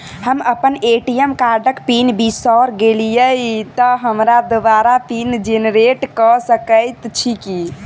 हम अप्पन ए.टी.एम कार्डक पिन बिसैर गेलियै तऽ हमरा दोबारा पिन जेनरेट कऽ सकैत छी की?